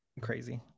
crazy